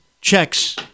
checks